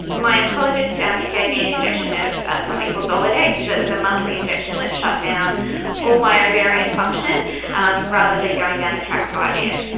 my oncologist um gave me an injection of something called zoladex that was a monthly injection that shut down all my ovarian function um rather than going down the track of ivf.